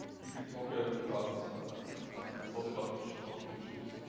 if you talk ah about ah thought about which topic to choose,